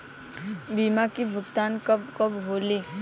बीमा के भुगतान कब कब होले?